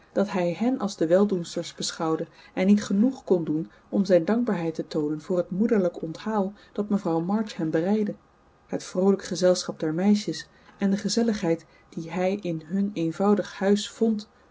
dat hij hen als de weldoensters beschouwde en niet genoeg kon doen om zijn dankbaarheid te toonen voor het moederlijk onthaal dat mevrouw march hem bereidde het vroolijk gezelschap der meisjes en de gezelligheid die hij in hun eenvoudig huis vond